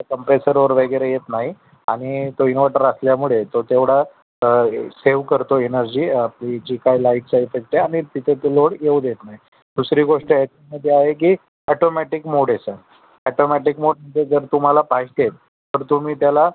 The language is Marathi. कॉम्प्रेसरवर वगैरे येत नाही आणि तो इन्वर्टर असल्यामुळे तो तेवढा सेव करतो एनर्जी आपली जी काय लाईटचा इफेक्ट आहे आणि तिथे तो लोड येऊ देत नाही दुसरी गोष्ट याच्यामध्ये आहे की ॲटोमॅटीक मोड याचा ॲटोमॅटीक मोडमध्ये जर तुम्हाला पाहिजे तर तुम्ही त्याला